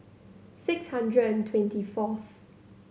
six hundred and twenty fourth